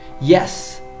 Yes